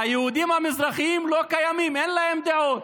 היהודים המזרחים לא קיימים, אין להם דעות,